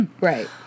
Right